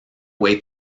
way